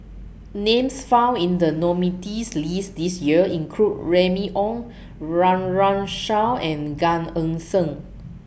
Names found in The nominees' list This Year include Remy Ong Run Run Shaw and Gan Eng Seng